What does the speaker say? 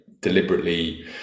deliberately